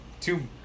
two